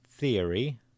Theory